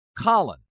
Colin